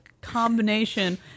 combination